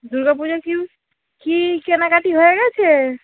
দুর্গা পূজা কিউ কি কেনাকাটি হয়ে গেছে